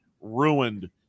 ruined